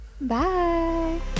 Bye